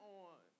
on